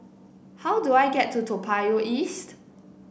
how do I get to Toa Payoh East